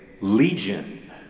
Legion